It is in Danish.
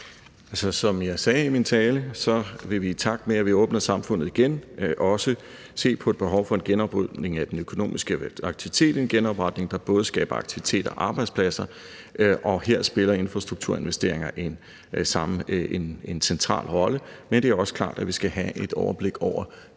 Som jeg sagde i min tale, vil vi, i takt med at vi åbner samfundet igen, også se på et behov for en genopretning af den økonomiske aktivitet – en genopretning, der både skaber aktivitet og arbejdspladser – og her spiller infrastrukturinvesteringer en central rolle. Men det er også klart, at vi skal have et overblik over dansk